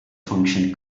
function